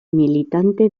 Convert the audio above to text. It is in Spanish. militante